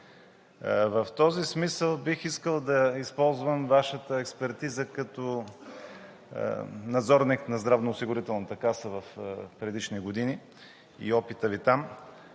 В този смисъл бих искал да използвам Вашата експертиза като надзорник на Здравноосигурителната каса в предишни години и опита Ви там,